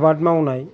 आबाद मावनाय